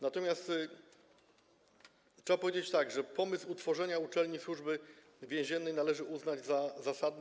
Natomiast trzeba powiedzieć, że pomysł utworzenia uczelni Służby Więziennej należy uznać za zasadny.